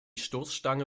stoßstange